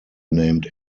named